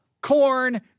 Corn